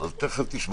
לא, תכף תשמע.